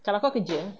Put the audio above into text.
kalau kau kerja